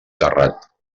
terrat